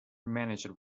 managed